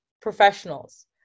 professionals